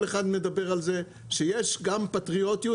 שלום, אני מגדל פירות ויושב-ראש ענף הפירות.